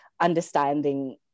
understanding